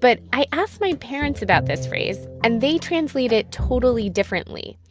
but i asked my parents about this phrase. and they translate it totally differently.